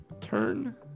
turn